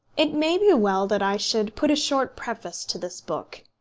it may be well that i should put a short preface to this book.